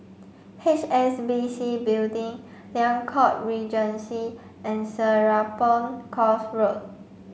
H S B C Building Liang Court Regency and Serapong Course Road